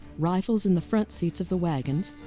rifles in the front seats of the wagons,